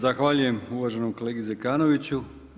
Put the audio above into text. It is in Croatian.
Zahvaljujem uvaženom kolegi Zekanoviću.